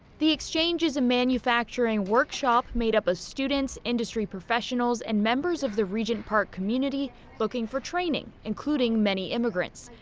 the exchange is a manufacturing workshop made up of ah students, industry professionals, and members of the regent park community looking for training, including many immigrants.